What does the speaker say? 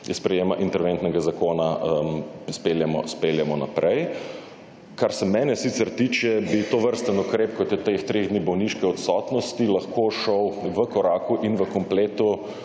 sprejema interventnega zakona izpeljemo naprej. Kar se mene sicer tiče bi tovrstne ukrep, kot je teh 3 dni bolniške odsotnosti lahko šele v koraku in v kompletu